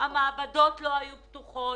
שהמעבדות לא היו פתוחות,